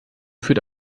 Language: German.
führt